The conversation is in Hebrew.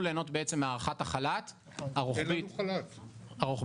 ליהנות בעצם מהארכת החל"ת הרוחבית שנעשתה.